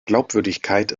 glaubwürdigkeit